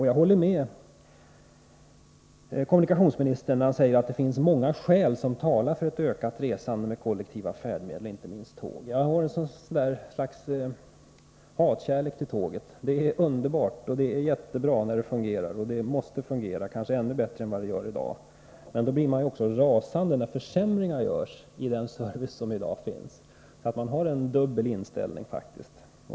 Jag håller med kommunikationsministern när han säger att det finns många skäl som talar för ett ökat resande med kollektiva färdmedel, inte minst med tåg. Jag har ett slags hatkärlek till tåget. Det är underbart och jättebra när det fungerar — och det måste fungera, kanske ännu bättre än vad det gör i dag — men då blir man också rasande när försämringar görs i den service som i dag finns. Jag har alltså en dubbel inställning.